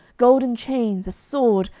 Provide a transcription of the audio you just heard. golden chains, a sword,